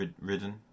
ridden